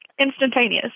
instantaneous